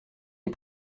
des